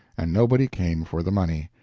and nobody came for the money.